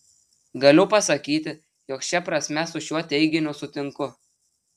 galiu pasakyti jog šia prasme su šiuo teiginiu sutinku